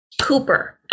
Cooper